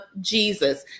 Jesus